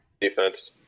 Defense